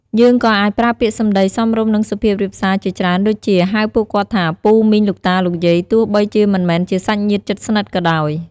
យើងក៏អាចប្រើពាក្យសម្ដីសមរម្យ និង សុភាពរាបសារជាច្រើន ដូចជា ហៅពួកគាត់ថា ពូ មីង លោកតា លោកយាយ ទោះបីជាមិនមែនជាសាច់ញាតិជិតស្និទ្ធក៏ដោយ។